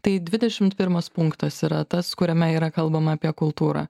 tai dvidešimt pirmas punktas yra tas kuriame yra kalbama apie kultūrą